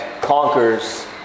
conquers